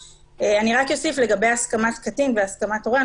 אוסיף לגבי הסכמת קטין והסכמת הורה,